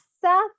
Seth